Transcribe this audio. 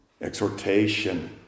exhortation